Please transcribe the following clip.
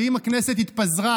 ואם הכנסת התפזרה,